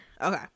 Okay